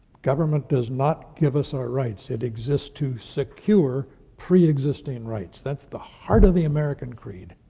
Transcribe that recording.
government does not give us our rights. it exists to secure preexisting rights. that's the heart of the american creed,